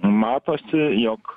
matosi jog